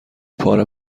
پاره